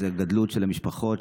זו גדלות של המשפחות.